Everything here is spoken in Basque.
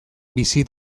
bizi